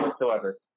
whatsoever